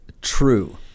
true